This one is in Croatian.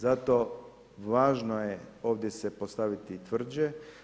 Zato važno je, ovdje se postaviti i tvrđe.